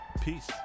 Peace